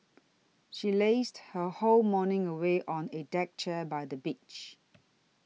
she lazed her whole morning away on a deck chair by the beach